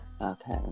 Okay